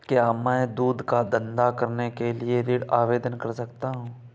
क्या मैं दूध का धंधा करने के लिए ऋण आवेदन कर सकता हूँ?